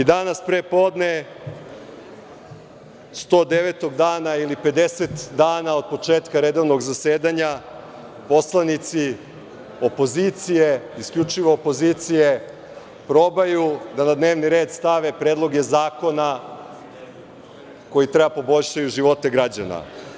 Danas pre podne, 109. dana ili 50 dana od početka redovnog zasedanja, poslanici opozicije, isključivo opozicije, probaju da na dnevni red stave predloge zakona koji treba da poboljšaju živote građana.